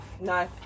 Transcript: No